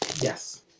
Yes